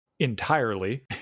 entirely